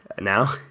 now